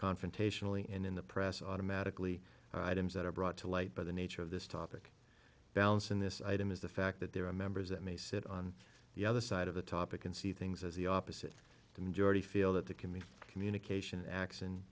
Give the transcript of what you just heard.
confrontational and in the press automatically adams that are brought to light by the nature of this topic balance in this item is the fact that there are members that may sit on the other side of the topic and see things as the opposite the majority feel that the committee communication act